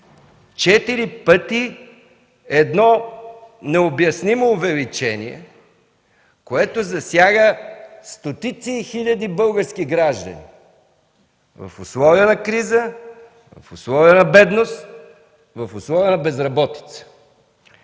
Четири пъти е необяснимо увеличение, което засяга стотици и хиляди български граждани – в условия на криза, в условия на бедност, в условия на безработица!